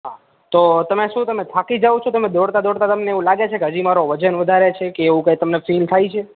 હાં તો તમે શું તમે થાકી જાવ છો તમે દોડતા દોડતા તમને એવું લાગે છે કે હજી મારું વજન વધારે છે કે એવું કાઇ તમને ફિલ થાય છે